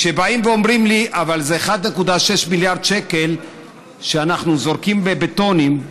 כשבאים ואומרים לי: אבל זה 1.6 מיליארד שקל שאנחנו זורקים בבטונים,